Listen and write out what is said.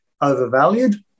overvalued